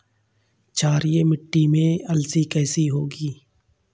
क्षारीय मिट्टी में अलसी कैसे होगी?